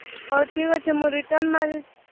ହଉ ଠିକ୍ ଅଛି ମୁଁ ରିଟର୍ନ